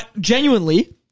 genuinely